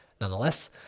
Nonetheless